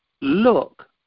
Look